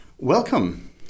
Welcome